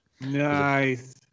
Nice